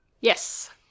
Yes